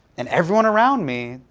and everyone around me,